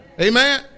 Amen